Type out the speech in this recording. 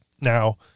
Now